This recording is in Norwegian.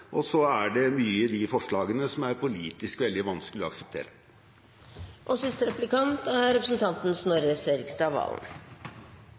og så er det mye i de forslagene som er politisk veldig vanskelig å akseptere. Den samlede skattleggingen av eiendom og kapital er